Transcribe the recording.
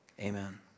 amen